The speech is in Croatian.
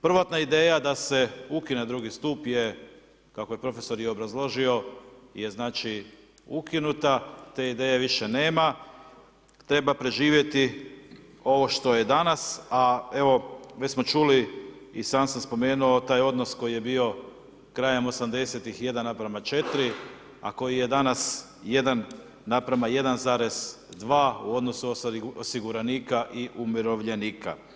Prvotna ideja da se ukine drugi stup je, kako je profesor i obrazložio, je znači, ukinuta, te ideje više nema, treba preživjeti ovo što je danas, a evo, već smo čuli i sam spomenuo taj odnos koji je bio krajem 80.-tih 1:4, a koji je danas 1:1,2 u odnosu ostalih osiguranika i umirovljenika.